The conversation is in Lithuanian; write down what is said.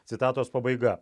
citatos pabaiga